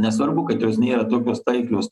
nesvarbu kad jos nėra tokios taiklios